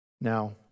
Now